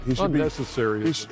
Unnecessary